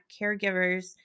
caregivers